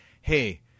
hey